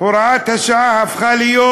הוראת השעה הפכה להיות